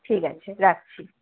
ঠিক আছে রাখছি